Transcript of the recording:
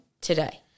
today